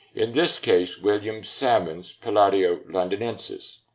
in this case, william salmon's palladio londinensis.